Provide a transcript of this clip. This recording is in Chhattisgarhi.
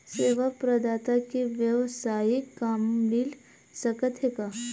सेवा प्रदाता के वेवसायिक काम मिल सकत हे का?